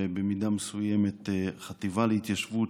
ובמידה מסוימת החטיבה להתיישבות,